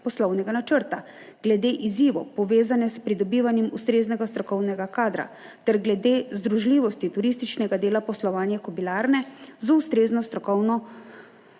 poslovnega načrta, glede izzivov, povezanih s pridobivanjem ustreznega strokovnega kadra, ter glede združljivosti turističnega dela poslovanja Kobilarne z ustrezno strokovno